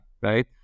right